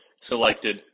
selected